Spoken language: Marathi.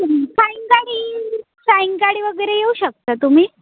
तूम सायंकाळी सायंकाळी वगैरे येऊ शकता तुम्ही